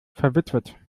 verwitwet